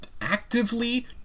actively